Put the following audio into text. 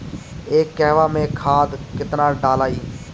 एक कहवा मे खाद केतना ढालाई?